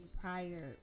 prior